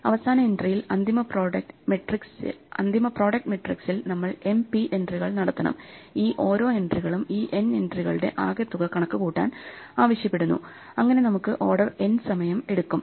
അവസാന എൻട്രിയിൽ അന്തിമ പ്രോഡക്ട് മെട്രിക്സിൽ നമ്മൾ mp എൻട്രികൾ നടത്തണം ഈ ഓരോ എൻട്രികളും ഈ n എൻട്രികളുടെ ആകെത്തുക കണക്കുകൂട്ടാൻ ആവശ്യപ്പെടുന്നു അങ്ങനെ നമുക്ക് ഓർഡർ n സമയം എടുക്കും